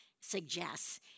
suggests